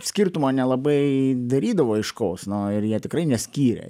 skirtumo nelabai darydavo aiškaus no ir jie tikrai neskyrė